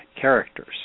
characters